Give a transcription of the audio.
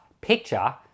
picture